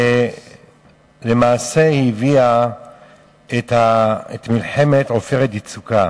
ולמעשה הביאה את מלחמת "עופרת יצוקה".